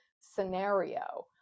scenario